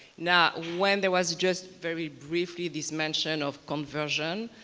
now when there was just very briefly this mention of conversion